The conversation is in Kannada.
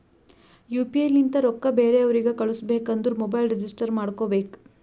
ಯು ಪಿ ಐ ಲಿಂತ ರೊಕ್ಕಾ ಬೇರೆ ಅವ್ರಿಗ ಕಳುಸ್ಬೇಕ್ ಅಂದುರ್ ಮೊಬೈಲ್ ರಿಜಿಸ್ಟರ್ ಮಾಡ್ಕೋಬೇಕ್